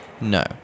No